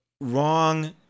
wrong